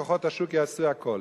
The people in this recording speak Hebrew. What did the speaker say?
כוחות השוק יעשו הכול,